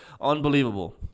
unbelievable